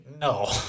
No